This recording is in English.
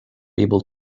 able